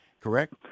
Correct